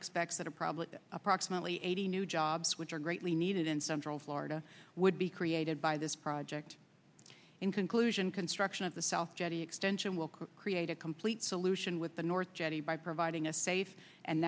expects that are probably approximately eighty new jobs which are greatly needed in central florida would be created by this project in conclusion construction of the south jetty extension will create a complete solution with the north jetty by providing a safe and